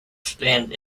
stand